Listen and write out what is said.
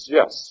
yes